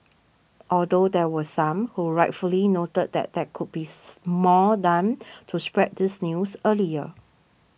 although there were some who rightfully noted that there could be more done to spread this news earlier